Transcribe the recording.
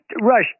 rush